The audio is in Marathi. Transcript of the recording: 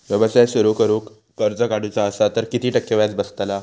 व्यवसाय सुरु करूक कर्ज काढूचा असा तर किती टक्के व्याज बसतला?